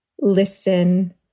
listen